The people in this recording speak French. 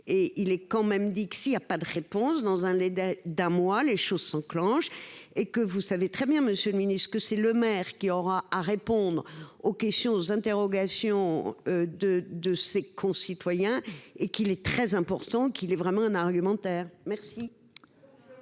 il est quand même dit que s'il a pas de réponse dans un délai d'un mois, les choses s'enclenche et que vous savez très bien monsieur le Ministre, ce que c'est le maire qui aura à répondre aux questions, aux interrogations. De de ses concitoyens et qu'il est très important qu'il est vraiment un argumentaire merci.